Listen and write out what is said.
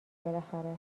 بالاخره